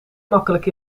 makkelijk